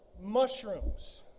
Mushrooms